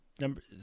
Number